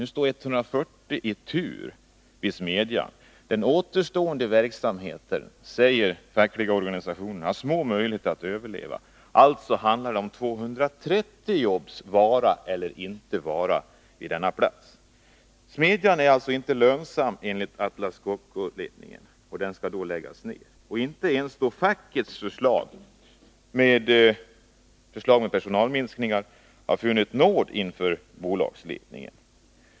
Nu står 140 i tur vid smedjan. Den återstående verksamheten har, säger de fackliga organisationerna, små möjligheter att överleva. Det handlar alltså om 230 jobbs vara eller inte vara på denna plats. Smedjan är inte lönsam enligt Atlas Copco-ledningen och skall alltså läggas ned. Inte ens fackets förslag, innebärande personalminskningar, har funnit nåd inför bolagsledningen.